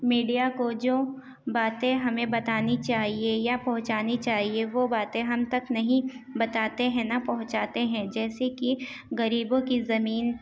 media کو جو باتیں ہمیں بتانی چاہیے یا پہنچانی چاہیے وہ باتیں ہم تک نہیں بتاتے ہیں نہ پہنچاتے ہیں جیسے کہ غریبوں کی زمین